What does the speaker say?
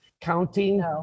counting